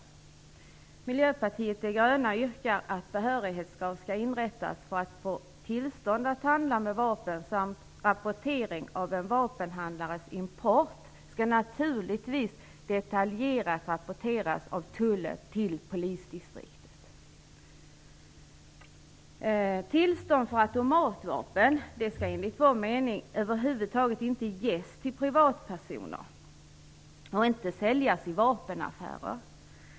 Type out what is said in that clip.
Miljöpartiet de gröna yrkar att det skall införas krav på behörighet för att få tillstånd att handla med vapen. Dessutom skall tullen naturligtvis detaljerat rapportera en vapenhandlares import till polisdistriktet. Tillstånd för automatvapen skall enligt vår mening över huvud taget inte ges till privatpersoner. Inte heller skall automatvapen säljas i vapenaffärer.